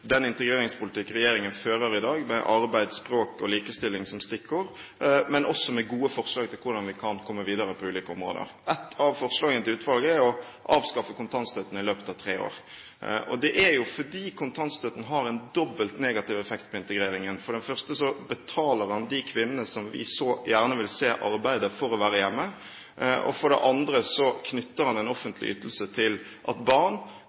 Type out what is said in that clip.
den integreringspolitikken regjeringen fører i dag, med arbeid, språk og likestilling som stikkord, men også med gode forslag til hvordan vi kan komme videre på ulike områder. Ett av forslagene til utvalget er å avskaffe kontantstøtten i løpet av tre år. Det er jo fordi kontantstøtten har en dobbelt negativ effekt på integreringen. For det første betaler den de kvinnene som vi så gjerne vil se arbeide, for å være hjemme, og for det andre knytter den en offentlig ytelse til at barn,